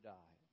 die